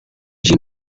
she